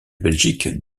belgique